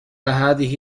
هذه